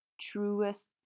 truest